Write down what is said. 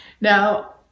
Now